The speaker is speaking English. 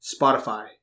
Spotify